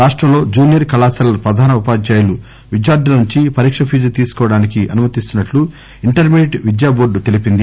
రాష్టంలో జునియర్ కళాశాలల ప్రధానోపాధ్యాయులు విద్యార్థుల నుంచి పరీక్ష ఫీజు తీసుకోవడానికి అనుమతిస్తున్నట్లు ఇంటర్మీడియట్ విద్యా టోర్డు తెలిపింది